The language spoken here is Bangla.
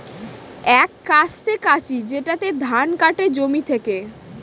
এক কাস্তে কাঁচি যেটাতে ধান কাটে জমি থেকে